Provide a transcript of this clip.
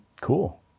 cool